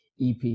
EP